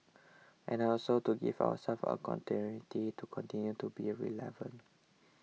and also to give ourselves a continuity to continue to be relevant